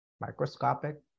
microscopic